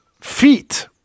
feet